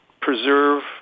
preserve